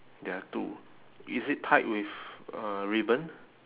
there are two is it tied with uh ribbon